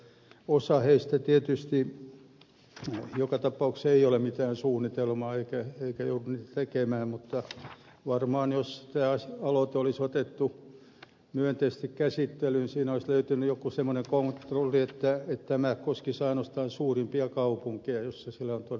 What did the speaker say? osalla heistä tietysti joka tapauksessa ei ole mitään suunnitelmaa eivätkä he joudu niitä tekemään mutta varmaan jos tämä aloite olisi otettu myönteisesti käsittelyyn siinä olisi löytynyt joku semmoinen kompromissi että tämä koskisi ainoastaan suurimpia kaupunkeja joissa sillä on todella merkitystä